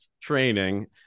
training